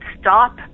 stop